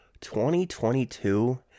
2022